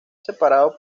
separado